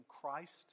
Christ